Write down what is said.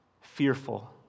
fearful